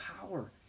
power